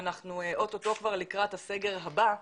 ואנחנו אוטוטו כבר לקראת הסגר הבא.